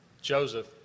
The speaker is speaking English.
Joseph